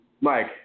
Mike